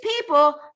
people